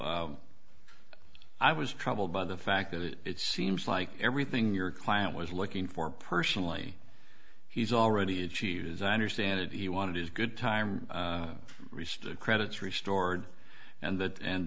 i was troubled by the fact that it seems like everything your client was looking for personally he's already achieved as i understand it he wanted his good time restrict credits restored and that and